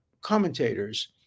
commentators